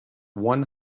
one